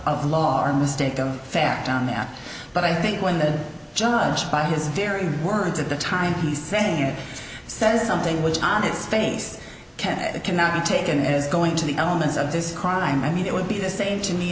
of law our mistake of fact on that but i think when the judge by his very words at the time he's saying it says something which on its face can and cannot be taken as going to the elements of this crime i mean it would be the same to me